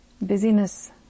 Busyness